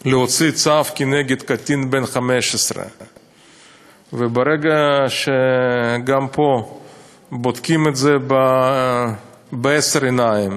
להוציא צו נגד קטין בן 15. גם פה בודקים את זה בעשר עיניים,